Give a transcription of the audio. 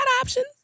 options